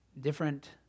different